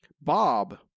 Bob